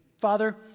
Father